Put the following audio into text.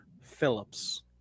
Phillips